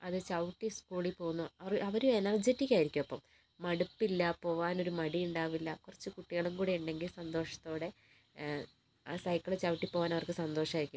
അതിൽ ചവുട്ടി സ്കൂളിൽ പോകുന്നു അവർ എനർജെറ്റിക്കായിരിക്കും അപ്പം മടുപ്പില്ല പോകുവാനൊരു മടിയുണ്ടാവില്ല കുറച്ചു കുട്ടികളും കൂടി ഉണ്ടെങ്കിൽ സന്തോഷത്തോടെ ആ സൈക്കിള് ചവുട്ടി പോകുവാൻ അവർക്ക് സന്തോഷമായിരിക്കും